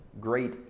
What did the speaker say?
great